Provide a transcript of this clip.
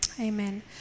Amen